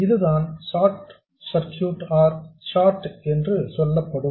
இதுதான் ஷார்ட் எனப்படும்